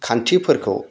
खान्थिफोरखौ